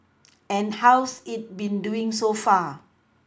and how's it been doing so far